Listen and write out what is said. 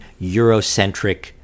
Eurocentric